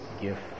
gift